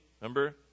remember